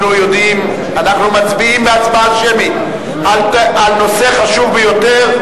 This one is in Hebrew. אנחנו מצביעים בהצבעה שמית על נושא חשוב ביותר,